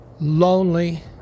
lonely